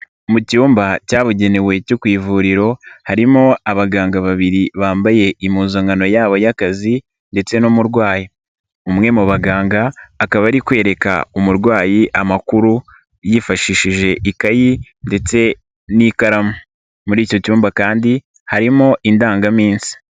Mu cyumba cyabugenewe cyo ku ivuriro harimo abaganga babiri bambaye impuzankano yabo y'akazi ndetse n'umurwayi. Umwe mu baganga akaba ari kwereka umurwayi amakuru yifashishije ikayi ndetse n'ikaramu, muri icyo cyumba kandi harimo indangaminsi.